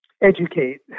educate